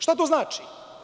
Šta to znači?